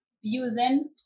using